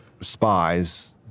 spies